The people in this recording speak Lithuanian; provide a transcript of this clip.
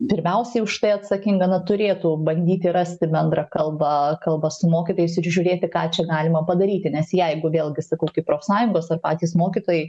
pirmiausiai už tai atsakinga na turėtų bandyti rasti bendrą kalbą kalbą su mokytojais ir žiūrėti ką čia galima padaryti nes jeigu vėlgi sakau kaip profsąjungos ar patys mokytojai